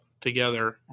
together